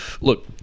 look